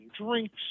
drinks